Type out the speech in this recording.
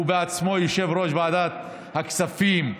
שהוא בעצמו יושב-ראש ועדת הכספים,